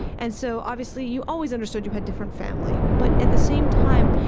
and so, obviously, you always understood you had different family. but at the same time,